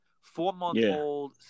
four-month-old